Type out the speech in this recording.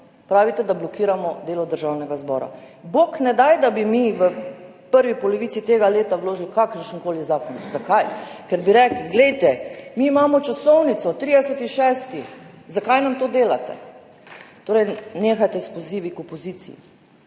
pravite, da blokiramo delo Državnega zbora. Bog ne daj, da bi mi v prvi polovici tega leta vložil kakršenkoli zakon. Zakaj? Ker bi rekli, glejte, mi imamo časovnico, 30. 6., zakaj nam to delate? Torej, nehajte s pozivi opoziciji,